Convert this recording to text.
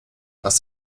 was